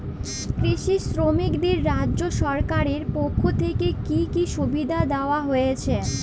কৃষি শ্রমিকদের রাজ্য সরকারের পক্ষ থেকে কি কি সুবিধা দেওয়া হয়েছে?